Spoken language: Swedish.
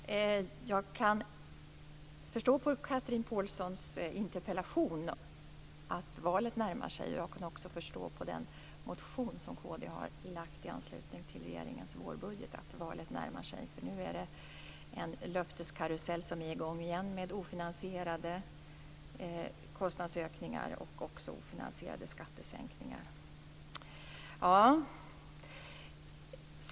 Fru talman! Jag kan förstå av Chatrine Pålssons interpellation att valet närmar sig. Jag kan också förstå av den motion som kd har väckt i anslutning till regeringens vårbudget att valet närmar sig. Nu är det en löfteskarusell som är i gång igen med ofinansierade kostnadsökningar och ofinansierade skattesänkningar.